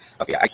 Okay